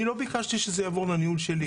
אני לא ביקשתי שזה יעבור לניהול שלי.